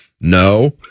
No